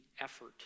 effort